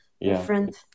different